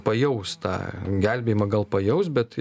pajaus tą gelbėjimą gal pajaus bet